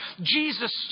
Jesus